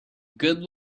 good